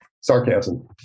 Sarcasm